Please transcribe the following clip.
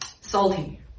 salty